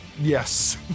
Yes